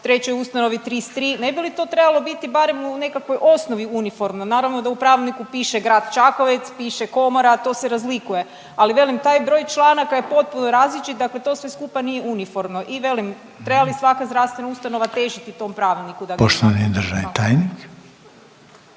trećoj ustanovi 33. Ne bi li to trebalo biti barem u nekakvoj osnovi uniformno? Naravno da u pravilniku piše Grad Čakovec, piše komora to se razlikuje, ali velim taj broj članaka je potpuno različit, dakle to sve skupa nije uniformno. I velim trebali li svaka zdravstvena ustanova težiti tom pravilniku da ga ima?